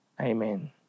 Amen